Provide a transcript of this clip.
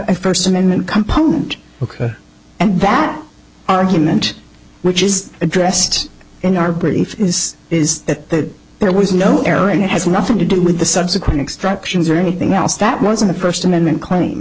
a first amendment component ok and that argument which is addressed in our brief is is that there was no airing it has nothing to do with the subsequent extractions or anything else that was in the first amendment claim